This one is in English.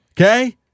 Okay